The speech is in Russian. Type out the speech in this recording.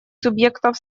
субъектов